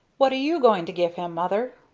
what are you going to give him, mother?